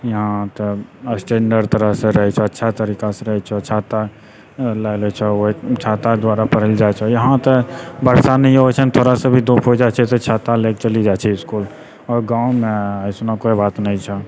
इएह तऽ स्टैण्डर्ड तरीकासँ रहै छऽ अच्छा तरीकासँ रहै छऽ छाता लै लए छऽ छाता द्वारा पढ़ैलए जाइ छऽ यहाँ तऽ वर्षा नहिओ होइ छै थोड़ा सा धूप हो जाइ छै तऽ छाता लऽ कऽ चलि जाइ छऽ इसकुल आओर गाँवमे अइसनो कोइ बात नहि छऽ